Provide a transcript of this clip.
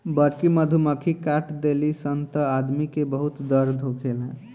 बड़की मधुमक्खी काट देली सन त आदमी के बहुत दर्द होखेला